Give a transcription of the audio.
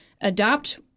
adopt